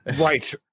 Right